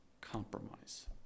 compromise